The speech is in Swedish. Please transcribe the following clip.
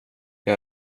jag